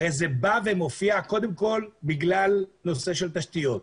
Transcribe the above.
זה בא ומופיע קודם כל בגלל נושא של תשתיות.